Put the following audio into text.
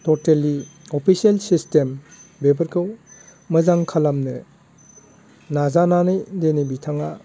totally official system बेफोरखौ मोजां खालामनो नाजानानै दिनै बिथाङा